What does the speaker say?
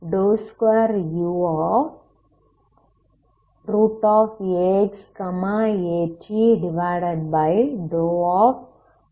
2uaxat2